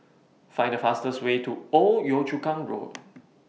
Find The fastest Way to Old Yio Chu Kang Road